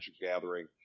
gathering